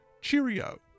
Cheerio